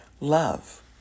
love